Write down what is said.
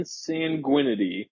sanguinity